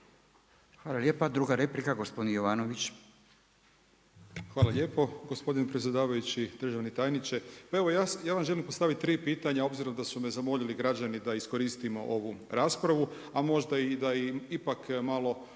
Hvala lijepa. Druga replika gospodin Jovanović. **Jovanović, Željko (SDP)** Hvala lijepo. Gospodine predsjedavajući, državni tajniče. Pa evo ja vam želim postaviti tri pitanja obzirom da su me zamolili građani da iskoristimo ovu raspravu, a možda da i ipak malo